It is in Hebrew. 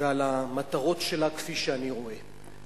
ועל המטרות שלה כפי שאני רואה זאת.